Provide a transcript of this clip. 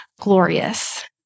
glorious